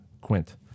Quint